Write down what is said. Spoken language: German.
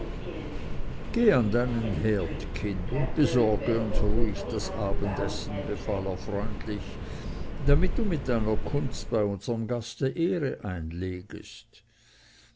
herd kind und besorge uns ruhig das abendessen befahl er freundlich damit du mit deiner kunst bei unserm gaste ehre einlegest